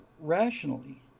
rationally